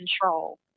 control